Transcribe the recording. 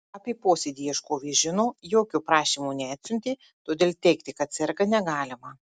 apie posėdį ieškovė žino jokio prašymo neatsiuntė todėl teigti kad serga negalima